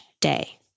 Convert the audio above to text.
day